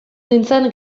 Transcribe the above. nintzen